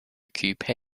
coupe